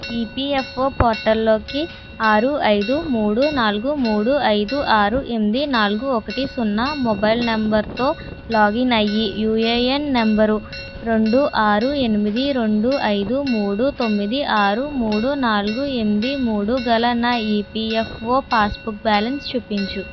EPFO పోర్టల్లోకి ఆరు ఐదు మూడు నాలుగు మూడు ఐదు ఆరు ఎనిమిది నాలుగు ఒకటి సున్నా మొబైల్ నెంబర్తో లాగిన్ అయ్యి యుఏఎన్ నంబరు రెండు ఆరు ఎనిమిది రెండు ఐదు మూడు తొమ్మిది ఆరు మూడు నాలుగు ఎనిమిది మూడు గల నా ఈపీఎఫ్ఓ పాస్బుక్ బ్యాలన్స్ చూపించుము